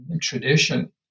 tradition